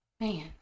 Man